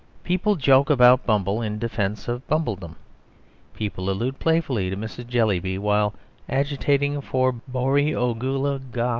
people joke about bumble in defence of bumbledom people allude playfully to mrs. jellyby while agitating for borrioboola gha.